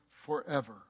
forever